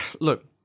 look